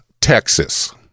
Texas